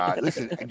Listen